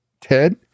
Ted